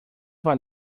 vai